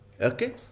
Okay